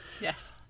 yes